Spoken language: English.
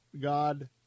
God